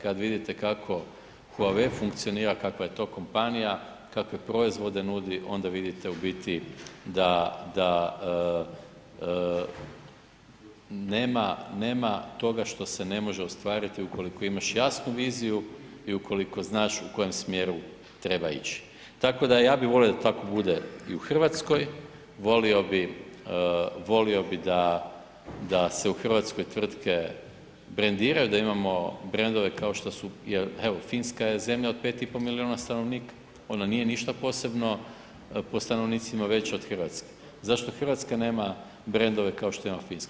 Kad vidite kako Huawei funkcionira, kakva je to kompanija, kakve proizvode nudi, onda vidite u biti da nema toga što se ne može ostvariti ukoliko imaš jasnu viziju i ukoliko znaš u kojem smjeru treba ići tako da ja bi volio da tako bude i u Hrvatskoj, volio bi da se u Hrvatskoj tvrtke brandiraju, da imamo brandove kao što su, evo Finska je zemlja od 5,5 milijuna stanovnika, ona nije ništa posebno po stanovnicima veća od Hrvatske, zašto Hrvatska nema brandove kao što ima Finska?